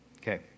Okay